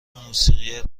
موسیقی